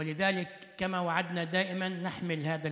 וכך גם עמיתי אוסאמה